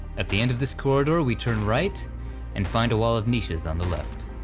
at the end of this corridor, we turn right and find a wall of niche's on the left.